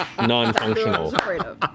non-functional